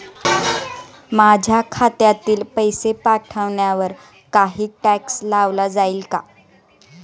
माझ्या खात्यातील पैसे पाठवण्यावर काही टॅक्स लावला जाईल का?